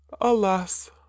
alas